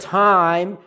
time